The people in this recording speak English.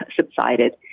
subsided